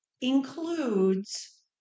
includes